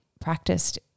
practiced